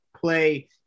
play